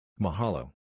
Mahalo